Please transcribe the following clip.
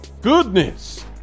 goodness